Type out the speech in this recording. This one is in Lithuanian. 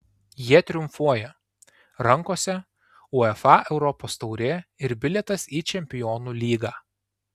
jie triumfuoja rankose uefa europos taurė ir bilietas į čempionų lygą